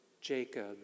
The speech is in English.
Jacob